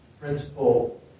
principal